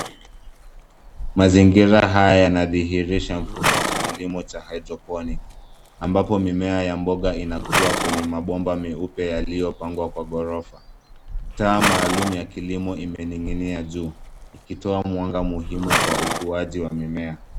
Mazingira haya yanadhihirisha mfumo wa kilimo cha hydroponic ambapo mimea ya mboga inakuwa kwenye mabomba meupe yaliyopangwa kwa ghorofa. Taa maalum ya kilimo imening'inia juu, ikitoa mwanga muhimu kwa ukuaji wa mimea.